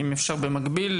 במקביל,